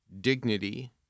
dignity